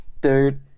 dude